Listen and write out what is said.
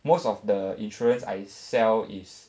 most of the insurance I sell is